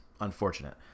unfortunate